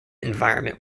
environment